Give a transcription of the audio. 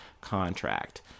contract